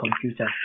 computer